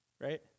right